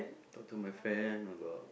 talk to my friend about